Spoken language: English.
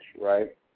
right